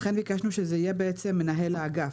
לכן ביקשנו שזה יהיה "מנהל האגף",